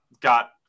got